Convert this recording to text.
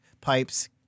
Pipes